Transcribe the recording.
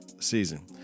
season